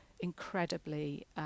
incredibly